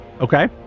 Okay